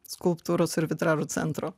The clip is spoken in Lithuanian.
skulptūros ir vitražo centro